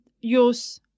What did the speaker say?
use